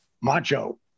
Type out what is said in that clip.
Macho